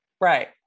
Right